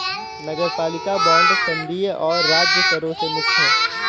नगरपालिका बांड संघीय और राज्य करों से मुक्त हैं